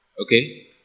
Okay